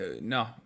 No